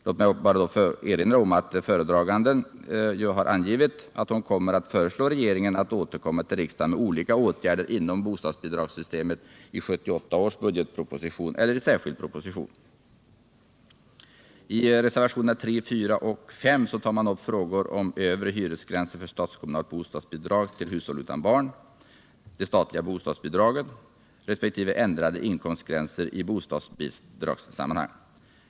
Låt mig också erinra om att föredraganden angivit att hon kommer att föreslå regeringen att återkomma till riksdagen med olika åtgärder inom bostadsbidragssystemet i 1978 års budgetproposition eller i särskild proposition. I reservationerna 3, 4 och 5 tas upp frågor om övre hyresgränser för statskommunalt bostadsbidrag till hushåll utan barn, det statliga bostadsbidraget resp. ändrade inkomstgränser i bostadsbidragssammanhang.